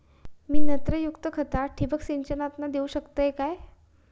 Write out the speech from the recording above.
मी नत्रयुक्त खता ठिबक सिंचनातना देऊ शकतय काय?